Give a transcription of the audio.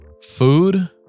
food